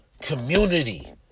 community